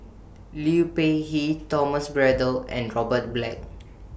Liu Peihe Thomas Braddell and Robert Black